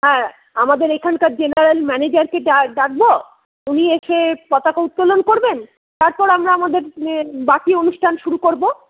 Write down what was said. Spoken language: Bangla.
হ্যাঁ আমাদের এইখানকার জেনারেল ম্যানেজারকে ডাকবো উনি এসে পতাকা উত্তোলন করবেন তারপর আমরা আমাদের বাকি অনুষ্ঠান শুরু করবো